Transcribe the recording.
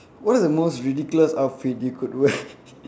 what are the most ridiculous outfit you could wear